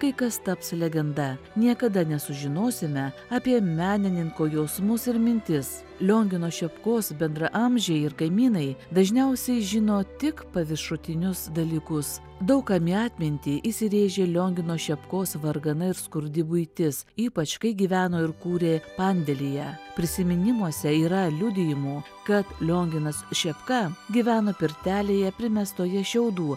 kai kas taps legenda niekada nesužinosime apie menininko jausmus ir mintis liongino šepkos bendraamžiai ir kaimynai dažniausiai žino tik paviršutinius dalykus daug kam į atmintį įsirėžė liongino šepkos vargana ir skurdi buitis ypač kai gyveno ir kūrė pandėlyje prisiminimuose yra liudijimų kad lionginas šepka gyvena pirtelėje primestoje šiaudų